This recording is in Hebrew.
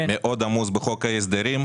מאוד עמוס בחוק ההסדרים.